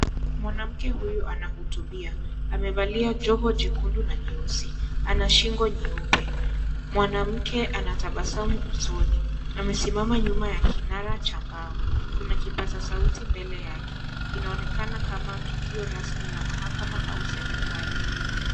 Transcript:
Mwanamke huyu anahutubia. Amevalia joho jekundu na nyeusi. Ana shingo nyeupe. Mwanamke anatabasamu usoni. Amesimama nyuma ya kinara cha mbao. Kuna kipasa sauti mbele yake. Inaonekena kama tukio rasmi la mahakama au serekali.